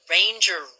Ranger